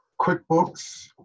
QuickBooks